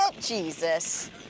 Jesus